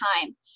time